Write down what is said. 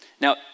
Now